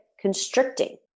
constricting